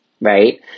right